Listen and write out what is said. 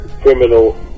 criminal